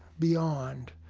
beyond.